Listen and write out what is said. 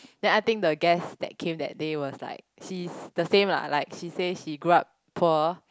then I think the guest that came that day was like she's the same lah like she say she grew up poor